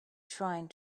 trying